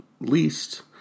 least